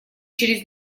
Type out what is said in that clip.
через